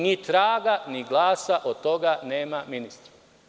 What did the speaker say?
Nit rada nit glasa od toga nema, ministre.